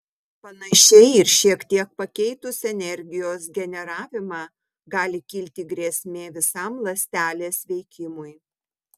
panašiai ir šiek tiek pakeitus energijos generavimą gali kilti grėsmė visam ląstelės veikimui